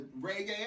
Reggae